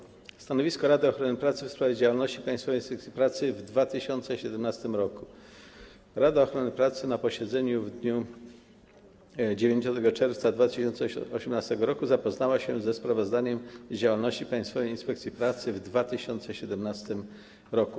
Przedstawiam stanowisko Rady Ochrony Pracy w sprawie działalności Państwowej Inspekcji Pracy w 2017 r. Rada Ochrony Pracy na posiedzeniu w dniu 9 czerwca 2018 r. zapoznała się ze sprawozdaniem z działalności Państwowej Inspekcji Pracy w 2017 r.